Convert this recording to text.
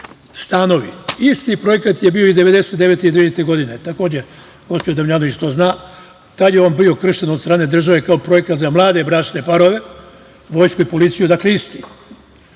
Isti projekat je bio i 1999. i 2000. godine. Hoću da Damjanović to zna. Tada je on bio kršten od strane države kao projekat za mlade bračne parove, Vojsku i policiju, dakle, isti.